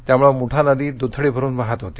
त्यामुळे मुठानदी दुथडी भरून वाहत होती